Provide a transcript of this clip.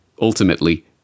ultimately